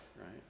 right